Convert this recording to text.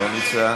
לא נמצא.